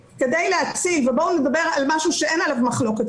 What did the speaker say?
ובואו נדבר שאין על יו מחלוקת,